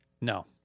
No